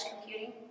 computing